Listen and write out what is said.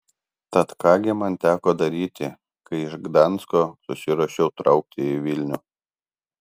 tad ką gi man teko daryti kai iš gdansko susiruošiau traukti į vilnių